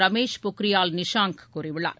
ரமேஷ் பொக்ரியால் நிஷாங் கூறியுள்ளார்